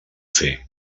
fer